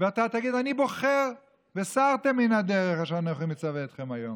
ואתה תגיד: אני בוחר "וסרתם מן הדרך אשר אנכי מצוה אתכם היום".